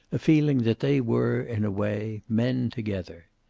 a feeling that they were, in a way, men together.